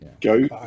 Go